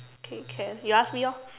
okay can you ask me orh